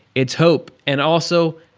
it's hope. and also,